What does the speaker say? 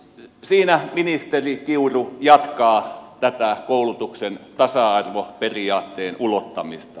siinä ministeri kiuru jatkaa tätä koulutuksen tasa arvoperiaatteen ulottamista